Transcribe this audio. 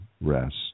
rest